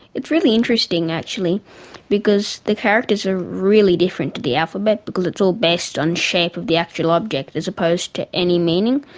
it's really interesting actually because the characters are really different to the alphabet, because it's all based on the shape of the actual object as opposed to any meaning.